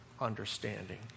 understanding